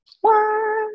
one